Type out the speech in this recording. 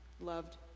loved